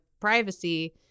privacy